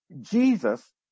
Jesus